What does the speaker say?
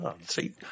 See